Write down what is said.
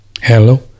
Hello